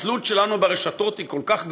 התלות שלנו ברשתות היא כל כך גדולה,